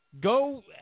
go